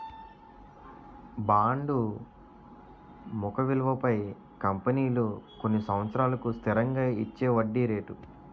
bond ముఖ విలువపై కంపెనీలు కొన్ని సంవత్సరాలకు స్థిరంగా ఇచ్చేవడ్డీ రేటు